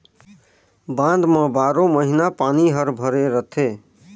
बांध म बारो महिना पानी हर भरे रथे